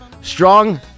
Strong